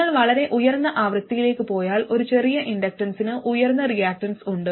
നിങ്ങൾ വളരെ ഉയർന്ന ആവൃത്തിയിലേക്ക് പോയാൽ ഒരു ചെറിയ ഇൻഡക്റ്റൻസിന് ഉയർന്ന റിയാക്റ്റൻസുണ്ട്